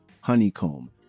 Honeycomb